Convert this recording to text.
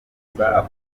gusa